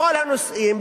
בכל הנושאים.